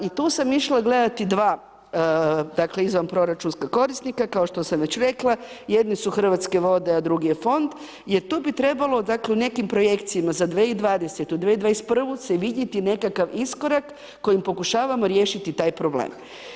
I tu sam išla gledati dva, dakle izvan proračunska korisnika kao što sam već rekla, jedni su Hrvatske vode, a drugi je Fond, jer tu bi trebalo, dakle, u nekim projekcijama za 2020.-tu, 2021., se vidjeti nekakav iskorak kojim pokušavamo riješiti taj problem.